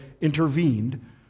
intervened